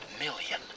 million